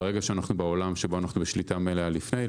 ברגע שאנחנו בעולם שבו אנחנו בשליטה מלאה לפני,